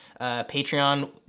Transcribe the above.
Patreon